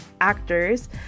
actors